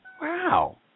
Wow